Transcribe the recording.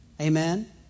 Amen